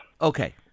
Okay